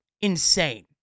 insane